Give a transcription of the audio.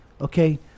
Okay